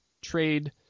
trade